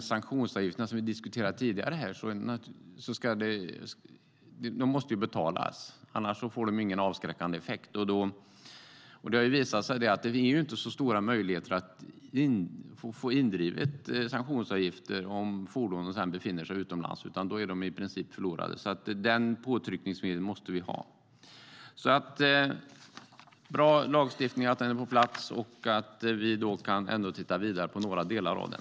Sanktionsavgifterna som vi diskuterade tidigare måste ju betalas. Annars får de ingen avskräckande effekt. Det har visat sig att möjligheterna att driva in sanktionsavgifter inte är särskilt stora om fordonen sedan befinner sig utomlands. Då är de i princip förlorade. Därför måste vi ha det påtryckningsmedlet. Det är bra att lagstiftningen är på gång. Och det är bra att vi ändå kan titta vidare på några delar av den.